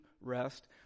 rest